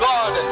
God